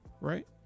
right